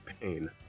Pain